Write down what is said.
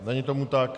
Není tomu tak.